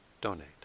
donate